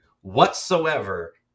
Whatsoever